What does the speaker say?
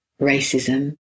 racism